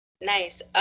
Nice